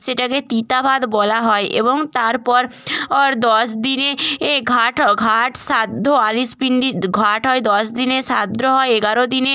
সেটাকে তিতা ভাত বলা হয় এবং তারপর অর দশ দিনে এ ঘাট হ ঘাট শ্রাদ্ধ আলিশ পিন্ডি ঘাট হয় দশ দিনে শ্রাদ্ধ হয় এগারো দিনে